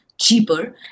cheaper